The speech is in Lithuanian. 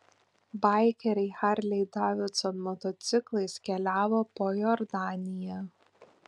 baikeriai harley davidson motociklais keliavo po jordaniją